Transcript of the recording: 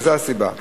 זו הסיבה.